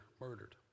murdered